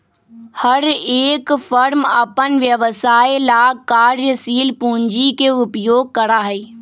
हर एक फर्म अपन व्यवसाय ला कार्यशील पूंजी के उपयोग करा हई